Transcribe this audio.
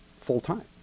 full-time